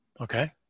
Okay